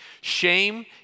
Shame